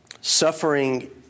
suffering